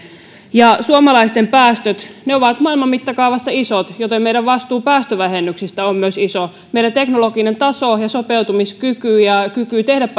ja suomalaisten päästöt ovat maailman mittakaavassa isot joten meidän vastuumme päästövähennyksistä on myös iso meidän teknologinen taso ja sopeutumiskyky ja kyky tehdä